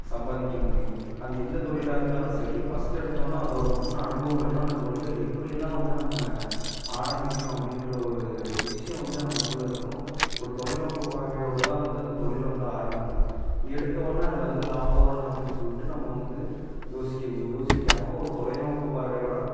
சம்பாதிக்க முடியும் அது எந்த தொழிலாக இருந்தாலும் சரி ஃபஸ்ட் எடுத்தவொடன்ன அதோடய முன் அனுபவம் வேணும் அந்த தொழிலை எப்படி எல்லாம் வந்து நம்ம ஆரமிக்கணும் அப்படின்ற ஒரு விஷ்யம் வந்து நம்மக்குள்ள இருக்கணும் ஒரு தொலைநோக்கு பார்வையோட தான் வந்து அந்த தொழிலை வந்து ஆரமிக்கணும் எடுத்தவொடன்னே அதில் வந்து லாபம் வரல அப்படின் சொல்லிட்டு நம்ம வந்து யோசிக்க கு யோசிக்காம ஒரு தொலைநோக்கு பார்வையோட